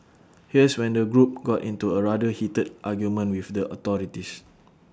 here's when the group got into A rather heated argument with the authorities